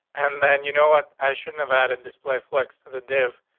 and then you know what i shouldn't have added display flex to the div?